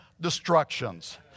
destructions